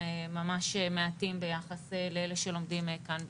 ממש מעטים ביחס לאלה שלומדים כאן בישראל.